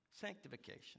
sanctification